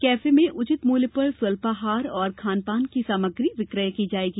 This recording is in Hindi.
कैफे में उचित मूल्य पर स्वल्पाहार एवं खानपान की सामग्री विक्रय की जाएगी